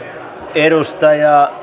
edustaja